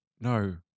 no